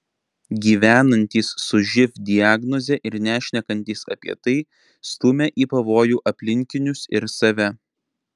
gyvenantys su živ diagnoze ir nešnekantys apie tai stumia į pavojų aplinkinius ir save